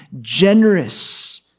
generous